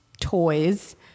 toys